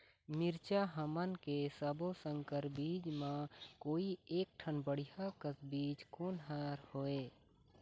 मिरचा हमन के सब्बो संकर बीज म कोई एक ठन बढ़िया कस बीज कोन हर होए?